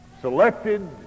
selected